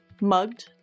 mugged